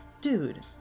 Dude